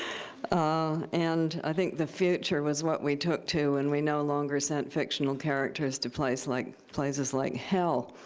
ah and i think the future was what we took to when and we no longer sent fictional characters to places like places like hell.